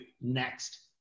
next